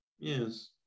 Yes